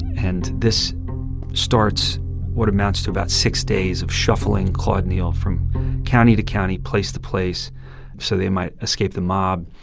and this starts what amounts to about six days of shuffling claude neal from county to county, place to place so they might escape the mob.